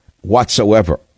whatsoever